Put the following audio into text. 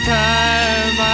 time